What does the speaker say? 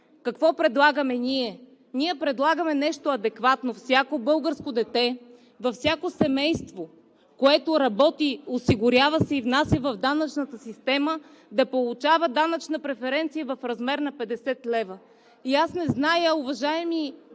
Какво предлагаме ние? Ние предлагаме нещо адекватно: всяко българско дете, във всяко семейство, което работи, осигурява се и внася в данъчната система, да получава данъчна преференция в размер на 50 лв. Аз не зная, уважаеми